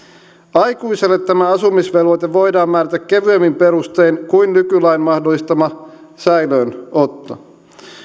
aikuiselle tämä asumisvelvoite voidaan määrätä kevyemmin perustein kuin nykylain mahdollistama säilöönotto